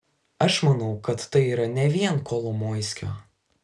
aš manau kad tai yra ne vien kolomoiskio